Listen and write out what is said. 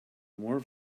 more